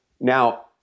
Now